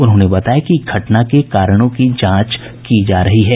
उन्होंने बताया कि घटना के कारणों की जांच की जा रही है